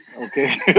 Okay